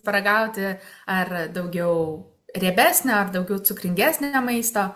paragauti ar daugiau riebesnio ar daugiau cukringesnio maisto